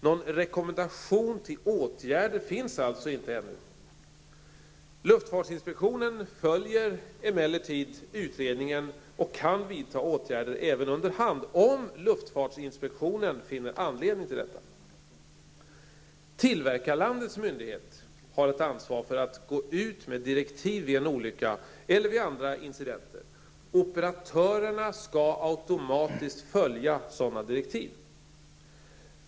Någon rekommendation till åtgärder finns alltså inte ännu. Luftfartsinspektionen följer emellertid utredningen och kan vidta åtgärder även under hand om luftfartsinspektionen finner anledning till detta. Tillverkarlandets myndigheter har ett ansvar för att gå ut med direktiv vid en olycka eller vid andra incidenter. Operatörerna skall automatiskt följa sådana direktiv.